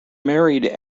married